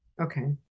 Okay